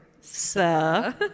sir